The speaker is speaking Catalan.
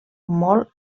molt